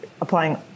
applying